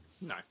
No